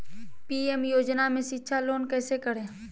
PM योजना में शिक्षा लोन कैसे करें?